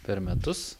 per metus